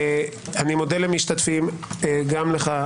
אני מודה למשתתפים, גם לך.